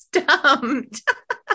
stumped